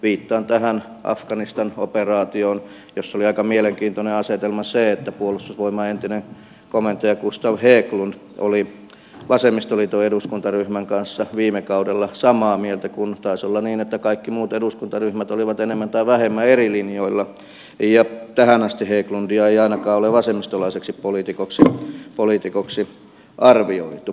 viittaan tähän afganistan operaatioon jossa oli aika mielenkiintoinen asetelma se että puolustusvoimain entinen komentaja gustav hägglund oli vasemmistoliiton eduskuntaryhmän kanssa viime kaudella samaa mieltä kun taisi olla niin että kaikki muut eduskuntaryhmät olivat enemmän tai vähemmän eri linjoilla ja tähän asti hägglundia ei ole ainakaan vasemmistolaiseksi poliitikoksi arvioitu